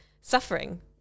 suffering